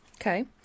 Okay